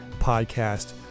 podcast